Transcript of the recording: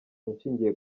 nshingiye